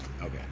Okay